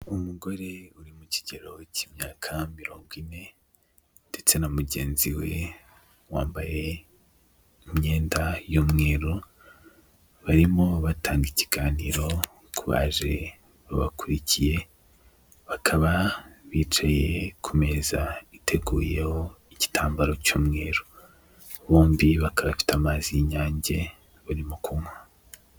Umugore uri mu kigero cy'imyaka mirongo ine ndetse na mugenzi we wambaye imyenda y'umweru, barimo batanga ikiganiro ku baje babakurikiye, bakaba bicaye ku meza iteguyeho igitambaro cy'umweru. Bombi bakaba bafite amazi y'inyange barimo kunywa.